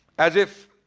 as if